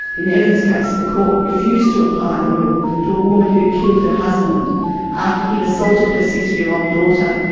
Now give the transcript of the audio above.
in evans case, the court refused to apply the rule to a woman who'd killed her husband after he'd assaulted her six-year-old daughter,